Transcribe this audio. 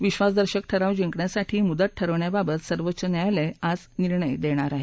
विश्वासदर्शक ठराव जिंकण्यासाठी मुदत ठरवण्याबाबत सर्वोच्च न्यायालय आज निर्णय देणार आहे